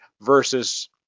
versus